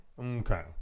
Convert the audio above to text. Okay